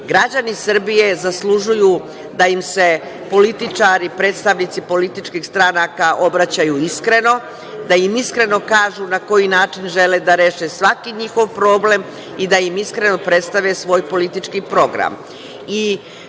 itd. Građani Srbije zaslužuju da im se političari, predstavnici političkih stranaka obraćaju iskreno, da im iskreno kažu na koji način žele da reše svaki njihov problem i da im iskreno predstave svoj politički program. Kada